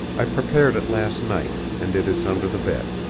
i prepared it last night and it is under the bed.